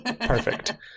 perfect